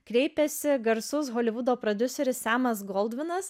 kreipėsi garsus holivudo prodiuseris semas goldvinas